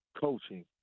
coaching